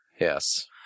Yes